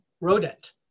rodent